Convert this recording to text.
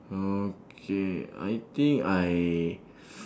okay I think I